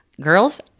Girls